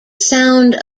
sound